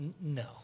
no